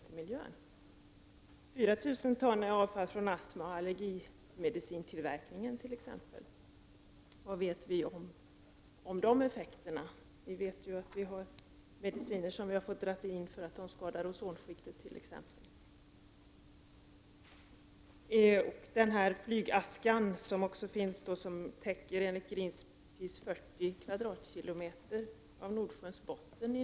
Det handlar om t.ex. 4 000 ton avfall från astmaoch allergimedicintillverkning. Vad vet vi om effekten av detta? Vi vet ju att mediciner har fått dras in på grund av att de skadar ozonskiktet. Enligt Greenpeace täcker flygaskan i nuläget 40 kvadratkilometer av Nordsjöns botten.